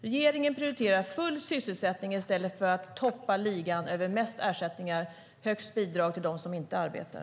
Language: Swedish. Regeringen prioriterar full sysselsättning i stället för att toppa ligan över mest ersättningar och högst bidrag till dem som inte arbetar.